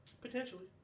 Potentially